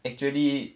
actually